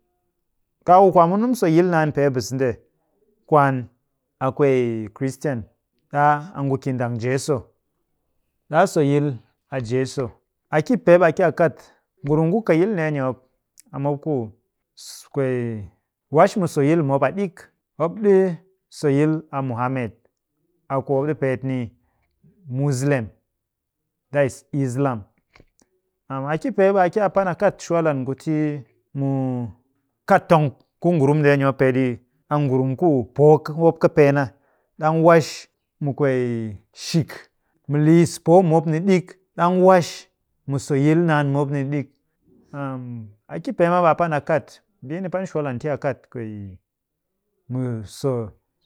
Kaaku kwaamun ɗimu so yil naan bise nde, kwaan a kwee christian. Ɗaa, a ngu ki ndang jeeso. Ɗaa soyil a jeeso. A ki pee, ɓe a ki a kat ngurum ku ka yil ndeeni mop, a mop ku kwee wash mu soyil mu mop a ɗik. Mop ɗi soyil muhammed. A ku mop ɗi peet ni muslim, that is islam. A ki pee ɓe a kat pan shwal an ku ti mu kat tong ku ngurun ndeeni peeɗi a ngurum ku poo mop kipee na. Ɗang wash mu kwee shik mu liis poo mu mop ni ɗik. Ɗang wash mu soyil naan mu mop ni ɗik. a ki pee ma ɓe a pan a kat mbii ni pan shwal an ti a kat kwee mu so